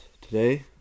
today